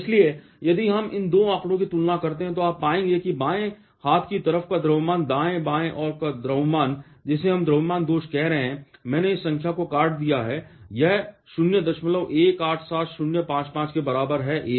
इसलिए यदि हम इन 2 आंकड़ों की तुलना करते हैं तो आप पाएंगे कि बाएं हाथ की तरफ का द्रव्यमान दाएं बाएं ओर का द्रव्यमान जिसे हम द्रव्यमान दोष कह रहे हैं मैंने इस संख्या को काट दिया है यह 0187055 के बराबर है amu